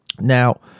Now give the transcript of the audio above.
now